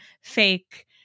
fake